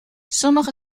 sommige